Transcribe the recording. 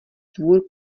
dvůr